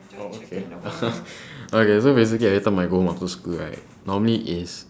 oh okay okay so basically every time I go home after school right normally is